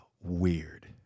weird